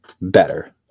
better